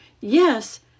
yes